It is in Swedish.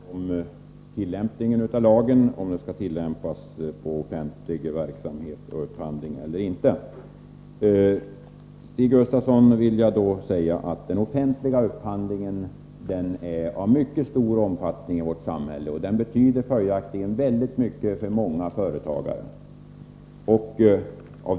Herr talman! Jag vill ta upp frågan om lagen skall tillämpas på offentlig upphandling eller inte. Till Stig Gustafsson vill jag säga att den offentliga upphandlingen är av mycket stor omfattning i vårt samhälle och att den följaktligen betyder väldigt mycket för många företagare.